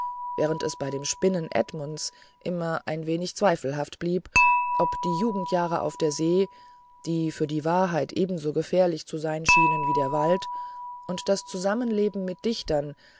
während es bei dem spinnen edmunds immer ein wenig zweifelhaft blieb ob die jugendjahre auf der see die für die wahrheit ebenso gefährlich zu sein scheint wie der wald und das zusammenleben mit dichtern